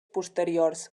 posteriors